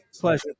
pleasure